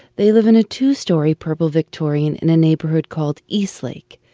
they live in a two-story purple victorian in a neighborhood called east lake.